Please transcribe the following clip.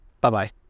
Bye-bye